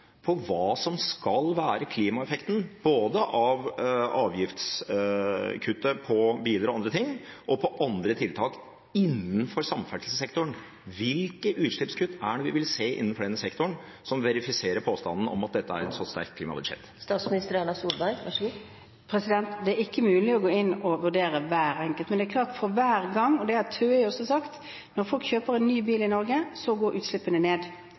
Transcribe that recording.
hva som skal være klimaeffekten, både av avgiftskuttet på biler og andre ting og av andre tiltak innenfor samferdselssektoren? Hvilke utslippskutt vil vi få se innenfor denne sektoren som verifiserer påstanden om at dette er et så sterkt klimabudsjett? Det er ikke mulig å gå inn og vurdere hver enkelt, men det er klart at for hver gang – og det har TØI også sagt – folk kjøper en ny bil i Norge, så går utslippene ned.